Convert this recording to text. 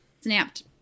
snapped